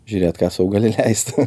žiūrėt ką sau gali leist